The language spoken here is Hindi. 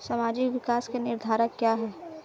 सामाजिक विकास के निर्धारक क्या है?